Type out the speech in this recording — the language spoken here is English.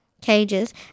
cages